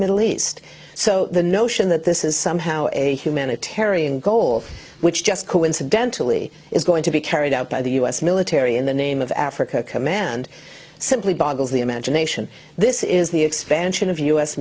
middle east so the notion that this is somehow a humanitarian goal which just coincidentally is going to be carried out by the u s military in the name of africa command simply boggles the imagination this is the expansion of u